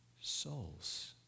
souls